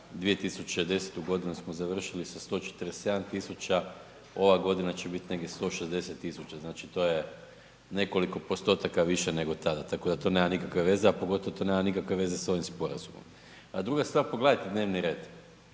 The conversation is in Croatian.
2010. godinu smo završili sa 147 tisuća, ova godina će biti negdje 160 tisuća. Znači to je nekoliko postotaka više nego tada tako da to nema nikakve veze a pogotovo to nema nikakve veze sa ovim sporazumom. A druga stvar, pogledajte dnevni red,